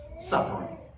suffering